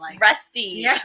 rusty